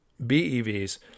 BEVs